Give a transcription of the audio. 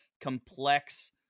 complex